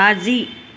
राज़ी